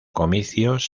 comicios